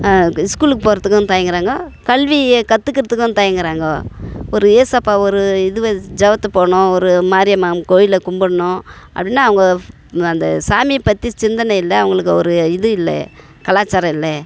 ஸ்கூலுக்கு போகிறத்துக்கும் தயங்குறாங்க கல்வியை கத்துக்கிறத்துக்கும் தயங்குறாங்க ஒரு ஏசப்பா ஒரு இது ஜபத்த போகணும் ஒரு மாரியம்மன் கோவில்ல கும்பிட்ணும் அப்படின்னா அவங்க அந்த சாமியை பற்றி சிந்தனை இல்லை அவங்களுக்கு ஒரு இது இல்லை கலாச்சாரம் இல்லை